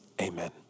Amen